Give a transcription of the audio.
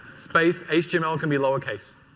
space, html can be lower case.